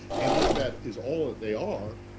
and if that is all that they are,